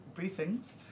briefings